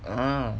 (uh huh)